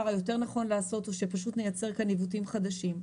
היותר נכון לעשות או שפשוט נייצר כאן עיוותים חדשים.